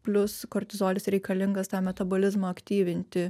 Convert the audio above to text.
plius kortizolis reikalingas tą metabolizmą aktyvinti